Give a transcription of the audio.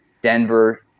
Denver